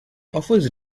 offers